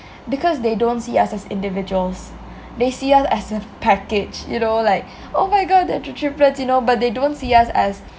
because they don't see us as individuals they see us as a package you know like oh my god they're t~ triplets you know but they don't see us as